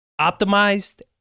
optimized